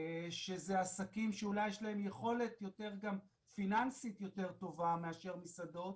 שאלו עסקים שיש להם יכולת יותר גם פיננסית יותר טובה מאשר מסעדות,